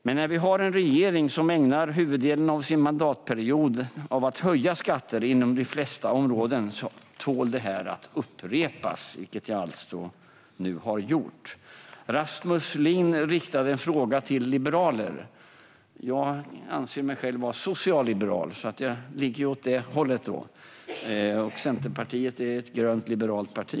Men när vi har en regering som ägnar huvuddelen av sin mandatperiod åt att höja skatter inom de flesta områden tål det att upprepas, vilket jag alltså nu har gjort. Rasmus Ling riktade en fråga till liberaler. Jag anser mig själv vara socialliberal, så jag är åt det hållet. Centerpartiet är ett grönt liberalt parti.